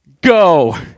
go